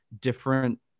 different